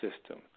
system